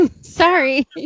sorry